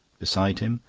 beside him,